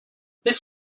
this